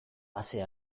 ase